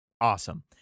Awesome